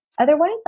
Otherwise